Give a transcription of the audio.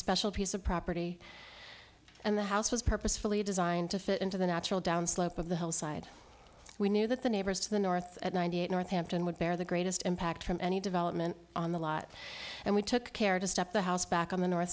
special piece of property and the house was purposefully designed to fit into the natural down slope of the hillside we knew that the neighbors to the north at ninety eight north hampton would bear the greatest impact from any development on the lot and we took care to stop the house back on the north